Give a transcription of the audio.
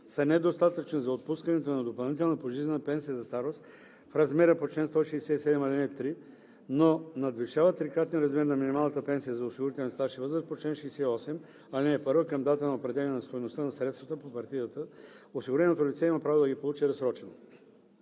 са недостатъчни за отпускането на допълнителна пожизнена пенсия за старост в размера по чл. 167, ал. 3, но надвишават трикратния размер на минималната пенсия за осигурителен стаж и възраст по чл. 68, ал. 1 към датата на определяне на стойността на средствата по партидата, осигуреното лице има право да ги получи разсрочено.